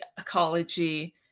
ecology